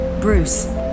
Bruce